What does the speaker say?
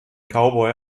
cowboy